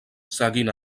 seguint